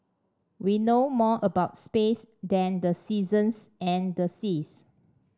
we know more about space than the seasons and the seas